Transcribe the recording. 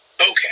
okay